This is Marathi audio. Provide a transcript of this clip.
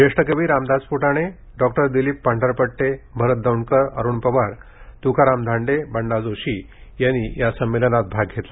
ज्येष्ठ कवी रामदास फ़टाणे डॉक्टर दिलीप पांढरपट्टे अरत दौंडकर अरूण पवार त्काराम धांडे बंडा जोशी यांनी संमेलनात सहभाग घेतला